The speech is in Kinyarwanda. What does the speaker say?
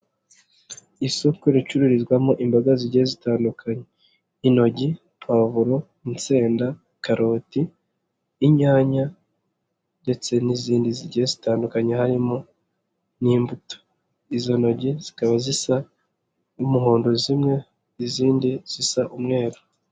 Isoko ricururizwamo imboga zigiye zitandukanye intoryi, pavuro, insenda, karoti, inyanya ndetse n'izindi zigiye zitandukanye harimo n'imbuto, izo ntoryi zikaba zisa n'umuhondo zimwe, izindi zisa umweru.